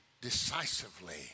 decisively